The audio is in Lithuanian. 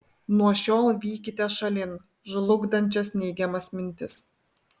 nuo šiol vykite šalin žlugdančias neigiamas mintis